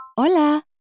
Hola